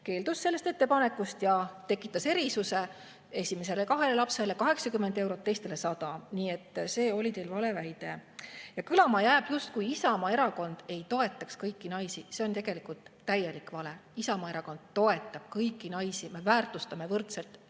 keeldus sellest ettepanekust ja tekitas erisuse: esimesele [ja teisele] lapsele 80 eurot, teistele 100. Nii et see oli teil vale väide. Kõlama jäi, justkui Isamaa Erakond ei toetaks kõiki naisi. See on tegelikult täielik vale. Isamaa Erakond toetab kõiki naisi. Me väärtustame võrdselt